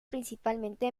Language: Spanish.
principalmente